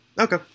Okay